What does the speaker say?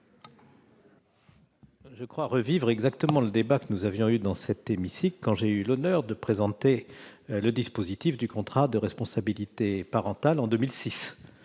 Je crois revivre le débat que nous avons eu dans cet hémicycle quand j'ai eu l'honneur de présenter le dispositif du contrat de responsabilité parentale en 2006.